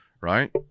right